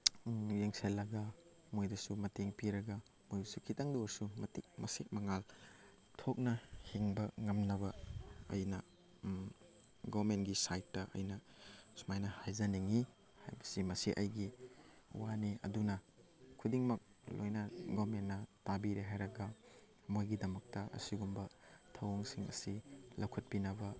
ꯌꯦꯡꯁꯤꯜꯂꯒ ꯃꯣꯏꯗꯁꯨ ꯃꯇꯦꯡ ꯄꯤꯔꯒ ꯃꯣꯏꯕꯨꯁꯨ ꯈꯤꯇꯪꯗ ꯑꯣꯏꯔꯁꯨ ꯃꯇꯤꯛ ꯃꯁꯦꯛ ꯃꯉꯥꯜ ꯊꯣꯛꯅ ꯍꯤꯡꯕ ꯉꯝꯅꯕ ꯑꯩꯅ ꯒꯣꯔꯃꯦꯟꯒꯤ ꯁꯥꯏꯠꯇ ꯑꯩꯅ ꯁꯨꯃꯥꯏꯅ ꯍꯥꯏꯖꯅꯤꯡꯉꯤ ꯍꯥꯏꯕꯁꯤ ꯃꯁꯤ ꯑꯩꯒꯤ ꯋꯥꯅꯤ ꯑꯗꯨꯅ ꯈꯨꯗꯤꯡꯃꯛ ꯂꯣꯏꯅ ꯒꯣꯔꯃꯦꯟꯅ ꯇꯥꯕꯤꯔꯦ ꯍꯥꯏꯔꯒ ꯃꯣꯏꯒꯤꯗꯃꯛꯇ ꯑꯁꯤꯒꯨꯝꯕ ꯊꯑꯣꯡꯁꯤꯡ ꯑꯁꯤ ꯂꯧꯈꯠꯄꯤꯅꯕ